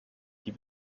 die